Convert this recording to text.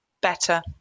better